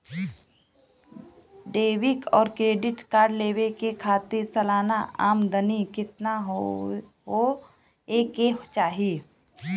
Debit और credit card लेवे के खातिर सलाना आमदनी कितना हो ये के चाही?